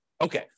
Okay